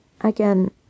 Again